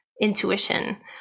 intuition